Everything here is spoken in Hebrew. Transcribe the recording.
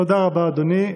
תודה רבה, אדוני.